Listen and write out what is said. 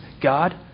God